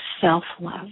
self-love